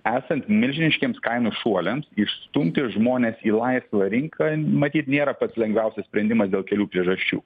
esant milžiniškiems kainų šuoliams išstumti žmones į laisvą rinką matyt nėra pats lengviausias sprendimas dėl kelių priežasčių